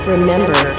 Remember